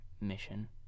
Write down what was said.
mission